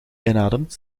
inademt